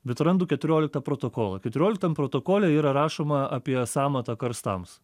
bet randu keturioliktą protokolą keturioliktam protokole yra rašoma apie sąmatą karstams